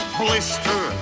Blister